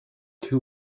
two